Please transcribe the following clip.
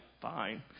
fine